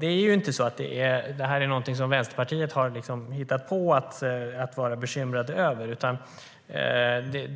Det är inte något som Vänsterpartiet har hittat på att vara bekymrat över, utan detta är